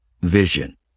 vision